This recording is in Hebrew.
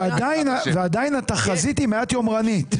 ועדיין התחזית היא מעט יומרנית.